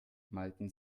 malten